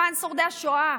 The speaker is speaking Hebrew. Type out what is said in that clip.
למען שורדי השואה,